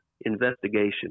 investigation